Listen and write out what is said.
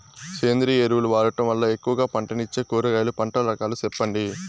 సేంద్రియ ఎరువులు వాడడం వల్ల ఎక్కువగా పంటనిచ్చే కూరగాయల పంటల రకాలు సెప్పండి?